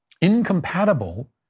Incompatible